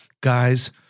guys